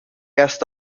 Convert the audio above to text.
erst